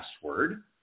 password